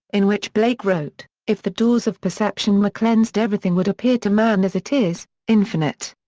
in which blake wrote if the doors of perception were cleansed everything would appear to man as it is, infinite.